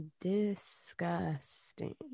disgusting